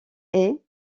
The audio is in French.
est